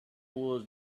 was